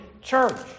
church